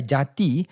Jati